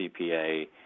CPA